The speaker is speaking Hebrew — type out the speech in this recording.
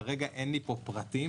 כרגע אין לי פה פרטים,